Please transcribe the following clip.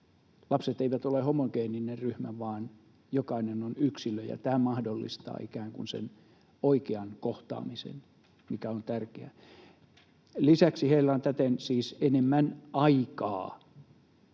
Lapset eivät ole homogeeninen ryhmä, vaan jokainen on yksilö, ja tämä mahdollistaa ikään kuin sen oikean kohtaamisen, mikä on tärkeää. Lisäksi heillä on täten enemmän aikaa